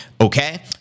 okay